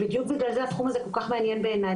ובדיוק בגלל זה התחום הזה כל כך מעניין בעיני,